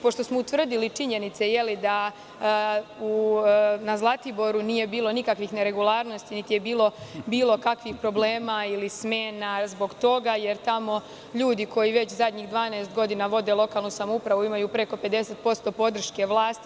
Pošto smo utvrdili činjenice da na Zlatiboru nije bilo nikakvih neregularnosti, niti je bilo bilo kakvih problema ili smena zbog toga, jer tamo ljudi koji već zadnjih 12 godina vode lokalnu samoupravu imaju preko 50% podrške vlasti.